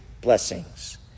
blessings